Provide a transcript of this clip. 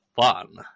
fun